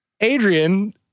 Adrian